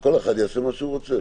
כל אחד יעשה מה שהוא רוצה.